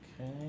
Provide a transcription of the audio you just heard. Okay